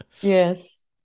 Yes